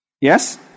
Yes